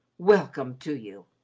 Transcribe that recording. welcome to you!